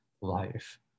life